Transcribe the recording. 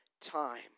time